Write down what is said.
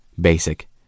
basic